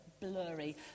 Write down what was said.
blurry